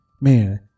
man